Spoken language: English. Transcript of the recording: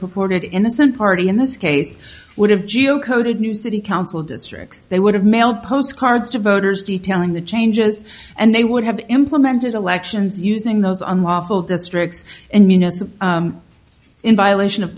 purported innocent party in this case would have geo coded new city council districts they would have mailed postcards to voters detailing the changes and they would have implemented elections using those unlawful districts and municipal in violation of